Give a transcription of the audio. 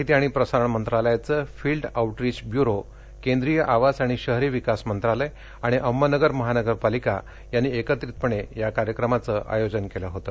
माहिती आणि प्रसारण मंत्रालयाचं फिल्ड आउटरिच ब्युरो केंद्रीय आवास आणि शहरी विकास मंत्रालय आणि अहमदनगर महानगरपालिका यांनी एकत्रितपणे या कार्यक्रमाचं आयोजन केलं होतं